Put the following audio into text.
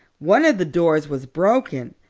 one of the doors was broken.